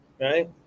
right